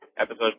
episode